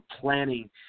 planning